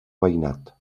veïnat